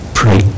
pray